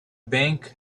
bank